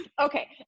Okay